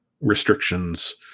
restrictions